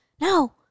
no